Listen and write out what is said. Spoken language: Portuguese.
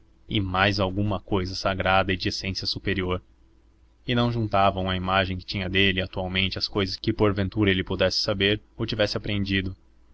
e mais alguma cousa sagrada e de essência superior e não juntavam à imagem que tinham dele atualmente as cousas que porventura ele pudesse saber ou tivesse aprendido